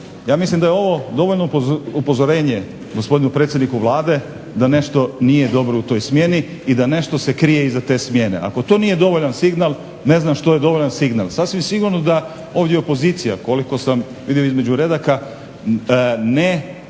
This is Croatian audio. Ja mislim da je ovo dovoljno upozorenje gospodinu predsjedniku Vlade da nešto nije dobro u toj smjeni i da nešto se krije iza te smjene. Ako to nije dovoljan signal ne znam što je dovoljan signal. Sasvim sigurno da ovdje opozicija, koliko sam vidio između redaka, ne